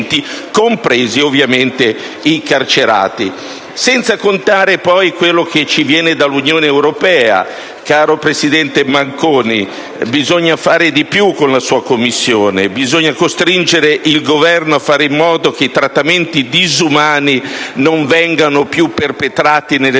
Senza contare poi i dettami dell'Unione europea, caro presidente Manconi: bisogna fare di più con la sua Commissione; bisogna costringere il Governo a fare in modo che i trattamenti disumani non vengano più perpetrati nelle nostre